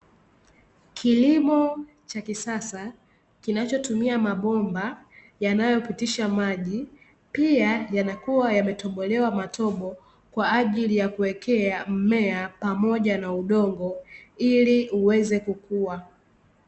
Kilimo cha kisasa kinachotumia mabomba yanayopitisha maji pia yanakuwa yametobolewa matobo, kwa ajili ya kuwekea mmea pamoja na udongo ili uweze kukua.